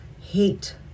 Hate